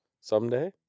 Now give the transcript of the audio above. Someday